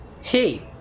Hey